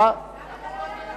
מה השר אומר?